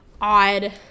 odd